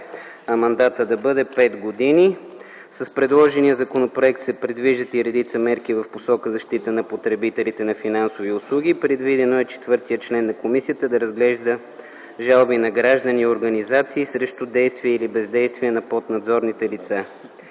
а мандатът да бъде 5 години. С предложения законопроект се предвиждат редица мерки в посока защита потребителите на финансови услуги. Предвидено е четвъртият член на комисията да разглежда жалби на граждани и организации срещу действия или бездействия на поднадзорните лица.